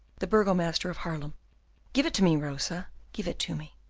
the burgomaster of haarlem give it to me, rosa, give it to me.